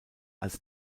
als